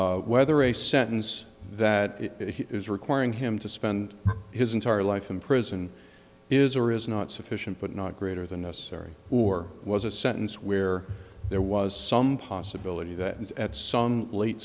whether a sentence that is requiring him to spend his entire life in prison is or is not sufficient but not greater than necessary or was a sentence where there was some possibility that at some late